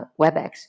WebEx